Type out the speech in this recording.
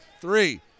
Three